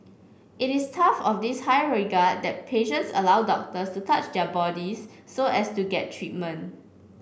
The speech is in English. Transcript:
it is tough of this high regard that patients allow doctors to touch their bodies so as to get treatment